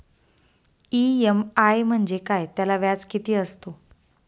EMI म्हणजे काय? त्याला व्याज किती असतो?